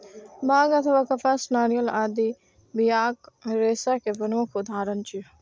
बांग अथवा कपास, नारियल आदि बियाक रेशा के प्रमुख उदाहरण छियै